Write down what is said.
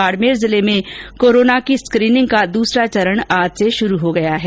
बाडमेर जिले में कोरोना की स्क्रीनिंग का दूसरा चरण आज से शुरू हो गया है